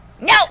NO